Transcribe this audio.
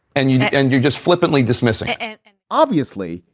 and you and you're just flippantly dismissing and and obviously,